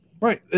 Right